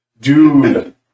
Dude